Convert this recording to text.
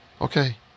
Okay